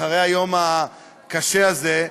אחרי היום הקשה הזה,